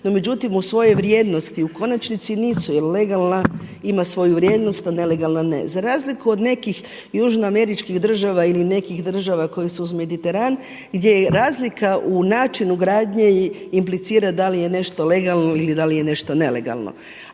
No međutim, u svojoj vrijednosti u konačnici nisu jer legalna ima svoju vrijednost, a nelegalna ne. Za razliku od nekih južnoameričkih država ili nekih država koje su uz Mediteran gdje je razlika u načinu gradnje implicira da li je nešto legalno ili da li je nešto nelegalno.